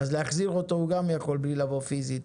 אז להחזיר אותו הוא גם יכול בלי לבוא פיזית.